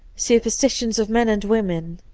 superstitions of men and women.